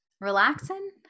relaxing